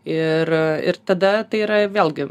ir ir tada tai yra vėlgi